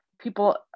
people